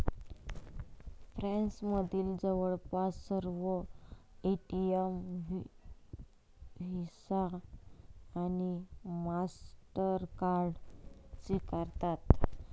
फ्रान्समधील जवळपास सर्व एटीएम व्हिसा आणि मास्टरकार्ड स्वीकारतात